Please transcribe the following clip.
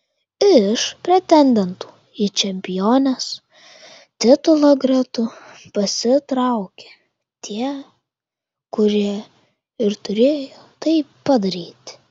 iš pretendentų į čempionės titulą gretų pasitraukė tie kurie ir turėjo tai padaryti